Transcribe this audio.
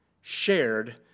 shared